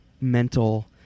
mental